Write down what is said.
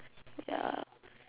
ya